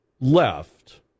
left